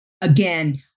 again